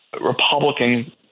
Republican